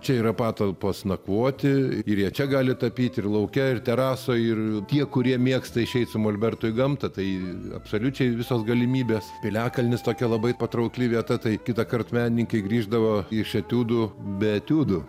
čia yra patalpos nakvoti ir jie čia gali tapyti ir lauke ir terasoj ir tie kurie mėgsta išeiti su molbertu į gamtą tai absoliučiai visos galimybės piliakalnis tokia labai patraukli vieta tai kitąkart menininkai grįždavo iš etiudų bei etiudų